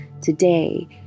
today